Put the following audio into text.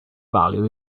value